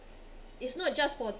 it's not just for